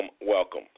welcome